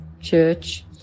church